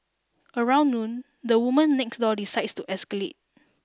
around noon the woman next door decides to escalate